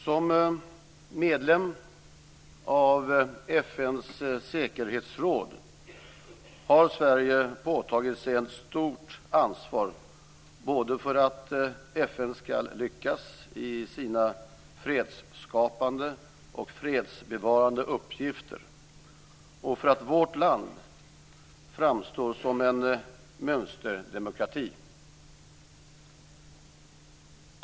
Som medlem av FN:s säkerhetsråd har Sverige påtagit sig ett stort ansvar både för att FN skall lyckas i sina fredsskapande och fredsbevarande uppgifter och för att vårt land framstår om en mönsterdemokrati.